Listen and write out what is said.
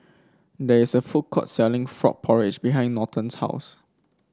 there is a food court selling Frog Porridge behind Norton's house